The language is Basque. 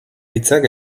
hitzak